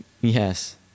Yes